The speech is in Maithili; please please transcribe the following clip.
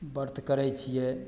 व्रत करय छियै